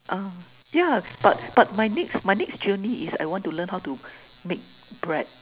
ah yeah but but my next my next journey is I want to learn how to make bread